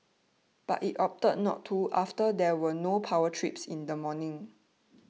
but it opted not to after there were no power trips in the morning